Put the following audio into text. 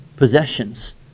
possessions